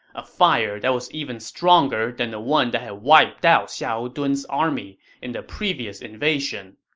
a fire that was even stronger than the one that had wiped out xiahou dun's army in the previous invasion.